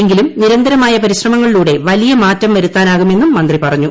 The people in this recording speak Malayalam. എങ്കിലും നിരന്തരമായ പരിശ്രമങ്ങളിലൂടെ വലിയ മാറ്റം വരുത്താനാകുമെന്നും മന്ത്രി പറഞ്ഞു